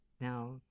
Now